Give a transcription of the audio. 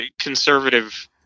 conservative